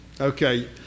Okay